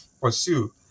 pursue